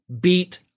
beat